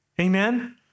Amen